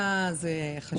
אתה, זה חשוב.